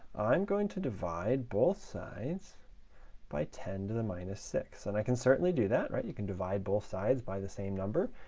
i'm going to divide both sides by ten to the minus six, and i can certainly do that, right? you can divide both sides by the same number,